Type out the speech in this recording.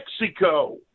Mexico